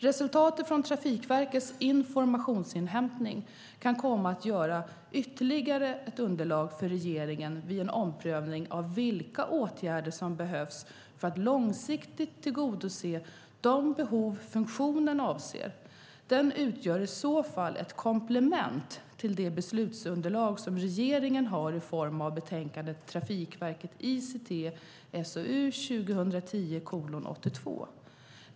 Resultatet från Trafikverkets informationsinhämtning kan komma att utgöra ytterligare underlag för regeringen vid en prövning av vilka åtgärder som behövs för att långsiktigt tillgodose de behov funktionen avser. Den utgör i så fall ett komplement till det beslutsunderlag som regeringen har i form av betänkandet Trafikverket ICT .